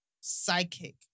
Psychic